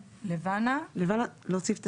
לבנה, להוסיף את